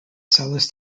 sellers